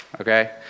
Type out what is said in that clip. Okay